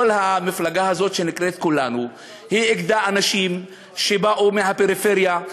כל המפלגה הזאת שנקראת כולנו איגדה אנשים שבאו מהפריפריה,